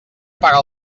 pagar